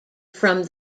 from